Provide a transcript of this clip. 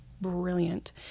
brilliant